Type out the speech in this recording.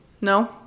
No